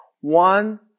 one